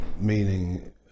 meaning